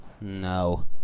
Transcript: No